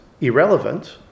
irrelevant